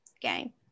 game